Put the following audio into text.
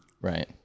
right